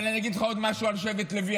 אבל אני אגיד לך עוד משהו על שבט לוי.